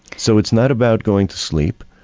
so it's not about going to sleep,